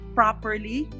properly